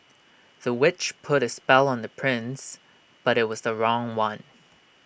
the witch put A spell on the prince but IT was the wrong one